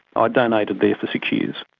ah donated there for six years.